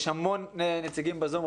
יש המון נציגים בזום,